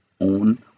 own